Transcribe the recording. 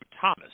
Thomas